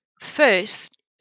first